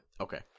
Okay